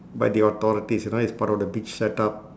by the authorities you know it's part of the beach set-up